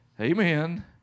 Amen